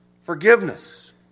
forgiveness